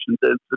density